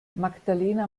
magdalena